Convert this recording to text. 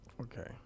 Okay